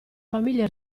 famiglie